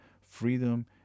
Freedom